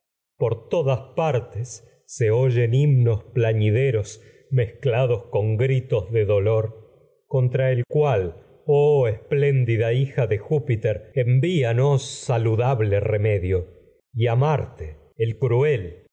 por todas partes se oyen plañideros cual oh mez clados dida con gritos de dolor contra esplén a hija de júpiter envíanos el saludable remedio y me marte cruel